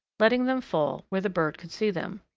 letting them fall where the bird could see them.